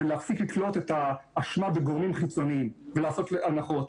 זה להפסיק לתלות את האשמה בגורמים חיצוניים ולעשות הנחות,